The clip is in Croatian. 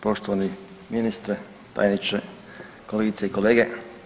Poštovani ministre, tajniče, kolegice i kolege.